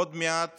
עוד מעט